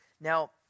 Now